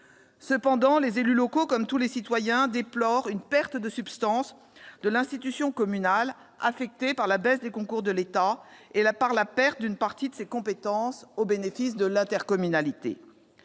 Cependant, les élus locaux, tout comme les citoyens, déplorent une perte de substance de l'institution communale affectée par la baisse des concours de l'État et par la perte d'une partie de ses compétences au bénéfice de l'intercommunalité.